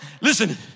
Listen